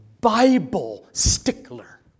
Bible-stickler